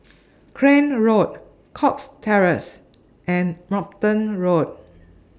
Crane Road Cox Terrace and Brompton Road